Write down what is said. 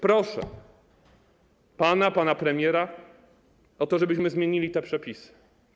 Proszę pana i pana premiera o to, żebyśmy zmienili te przepisy.